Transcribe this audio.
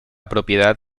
propiedad